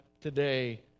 today